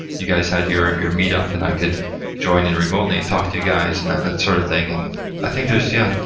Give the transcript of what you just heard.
you guys had your your meet up and i could join in remotely and talk to you guys and that sort of thing, and i think there's yeah.